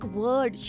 word